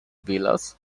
villas